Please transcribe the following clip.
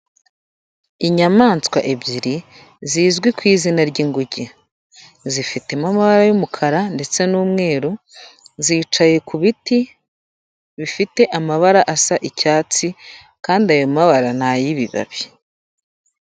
Inyamaswa ebyiri zizwi ku izina ry'inguge, zifitemo amabara y'umukara, ndetse n'umweru, zicaye ku biti bifite amabara asa icyatsi, kandi ayo mabara ni ay'ibibabi.